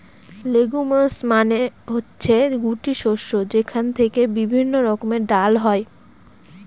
legumes মানে হচ্ছে গুটি শস্য যেখান থেকে বিভিন্ন রকমের ডাল হয়